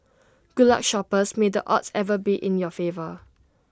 good luck shoppers may the odds ever be in your favour